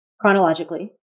chronologically